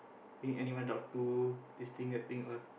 need anyone talk to this thing that thing all